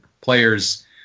player's